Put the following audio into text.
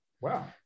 Wow